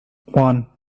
one